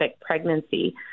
pregnancy